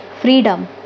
freedom